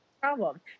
problem